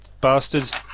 bastards